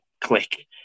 click